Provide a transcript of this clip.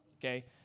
okay